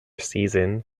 season